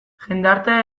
jendartea